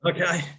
Okay